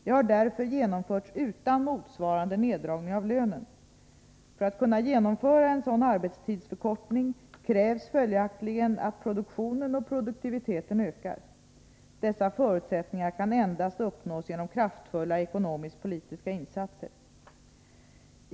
De har därför genomförts utan motsvarande neddragning av lönen. För att kunna genomföra sådan arbetstidsförkortning krävs följaktligen att produktionen och produktiviteten ökar. Dessa förutsättningar kan endast uppnås genom kraftfulla ekonomisk-politiska insatser.